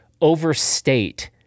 overstate